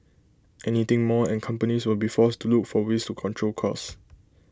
anything more and companies will be forced to look for ways to control cost